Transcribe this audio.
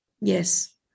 Yes